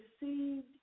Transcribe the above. received